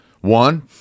One